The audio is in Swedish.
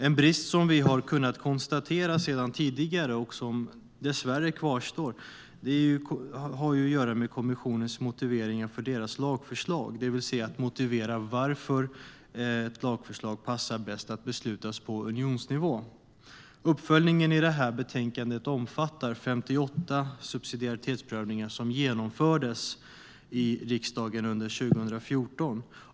En brist vi har kunnat konstatera sedan tidigare och som dessvärre kvarstår har att göra med kommissionens motiveringar till dess lagförslag, det vill säga motiveringarna till att ett lagförslag passar bäst att beslutas på unionsnivå. Uppföljningen i det här betänkandet omfattar 58 subsidiaritetsprövningar som genomfördes i riksdagen under 2014.